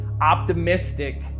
optimistic